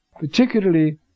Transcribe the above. particularly